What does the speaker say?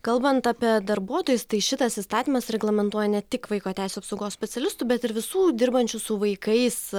kalbant apie darbuotojus tai šitas įstatymas reglamentuoja ne tik vaiko teisių apsaugos specialistų bet ir visų dirbančių su vaikais